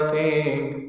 a